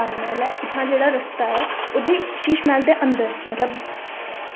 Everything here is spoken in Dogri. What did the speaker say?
रानी महल ऐ इत्थां जेह्ड़ा रस्ता ऐ ओह्बी शीशमहल दे अंदर मतलब